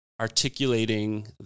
articulating